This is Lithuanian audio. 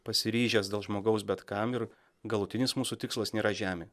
pasiryžęs dėl žmogaus bet kam ir galutinis mūsų tikslas nėra žemė